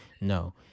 no